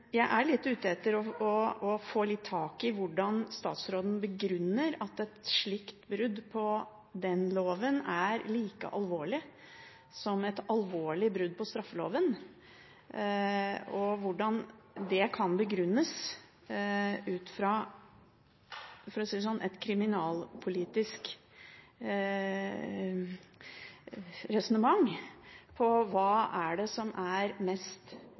jeg er ute etter å få litt tak i hvordan statsråden begrunner at et brudd på denne loven er like alvorlig som et alvorlig brudd på straffeloven, og hvordan dette kan begrunnes ut fra – for å si det sånn – et kriminalpolitisk resonnement rundt hva det er som er mest